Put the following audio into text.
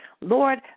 Lord